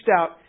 out